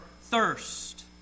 thirst